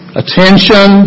attention